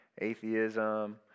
atheism